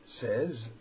Says